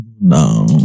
no